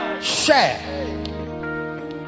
Share